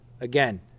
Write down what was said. again